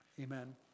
Amen